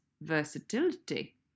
versatility